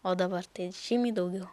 o dabar tai žymiai daugiau